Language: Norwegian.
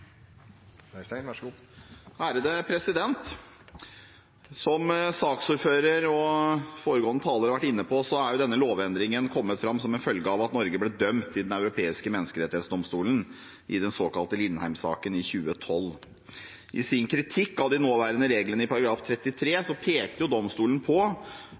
jo denne lovendringen kommet fram som en følge av at Norge ble dømt i Den europeiske menneskerettsdomstolen i den såkalte Lindheim-saken i 2012. I sin kritikk av de nåværende reglene i § 33 pekte domstolen bl.a. på